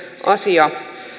asia